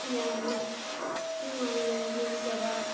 ꯌꯥꯝꯅ ꯅꯨꯡꯉꯥꯏꯅ ꯌꯦꯡꯖꯕ